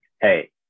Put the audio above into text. Hey